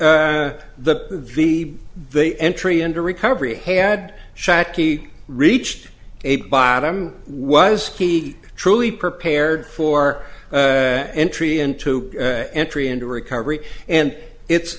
the the they entry into recovery had shockey reached a bottom was he truly prepared for entry into entry into recovery and it's